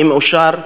ואם אושר,